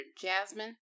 Jasmine